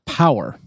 power